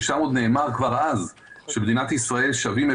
ששם כבר נאמר: "במדינת ישראל שווים הם